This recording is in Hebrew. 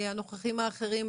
הנוכחים האחרים,